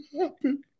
happen